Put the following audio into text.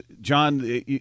John